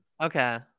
okay